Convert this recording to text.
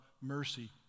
mercy